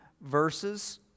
verses